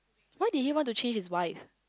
why did he want to change his wife